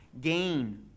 gain